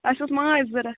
اسہِ اوٗس ماچھ ضروٗرت